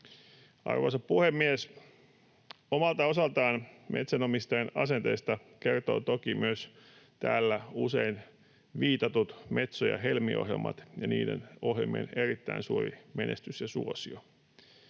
Arvoisa puhemies! Omalta osaltaan metsänomistajien asenteista kertovat toki myös täällä usein viitatut Metso- ja Helmi-ohjelmat ja niiden ohjelmien erittäin suuri menestys ja suosio.